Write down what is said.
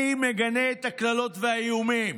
אני מגנה את הקללות והאיומים,